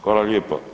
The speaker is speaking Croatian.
Hvala lijepa.